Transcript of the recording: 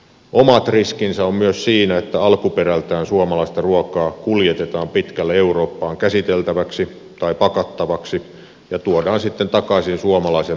omat riskinsä on myös siinä että alkuperältään suomalaista ruokaa kuljetetaan pitkälle eurooppaan käsiteltäväksi tai pakattavaksi ja tuodaan sitten takaisin suomalaisen tuotemerkin alla